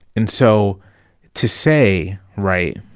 and so to say right?